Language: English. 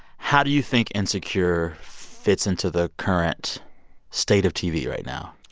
how do you think insecure fits into the current state of tv right now?